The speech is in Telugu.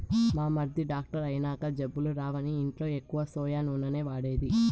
మా మరిది డాక్టర్ అయినంక జబ్బులు రావని ఇంట్ల ఎక్కువ సోయా నూనె వాడేది